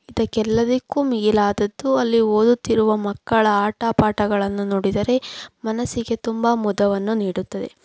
ಇದಕ್ಕೆಲ್ಲದಕ್ಕೂ ಮಿಗಿಲಾದದ್ದು ಅಲ್ಲಿ ಓದುತ್ತಿರುವ ಮಕ್ಕಳ ಆಟ ಪಾಠಗಳನ್ನು ನೋಡಿದರೆ ಮನಸ್ಸಿಗೆ ತುಂಬ ಮುದವನ್ನು ನೀಡುತ್ತದೆ